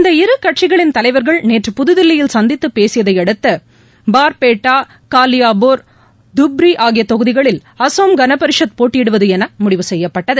இந்த இரு கட்சிகளின் தலைவர்கள் நேற்று புதுதில்லியில் சந்தித்துபேசியதையடுத்து பார்பேட்டா காலிபாபோர் தூப்ரிஆகியதொகுதிகளில் அசாம் கணபரிஷத் போட்டியிடுவதுஎனமுடிவு செய்யப்பட்டது